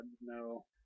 no